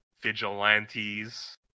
Vigilantes